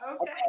Okay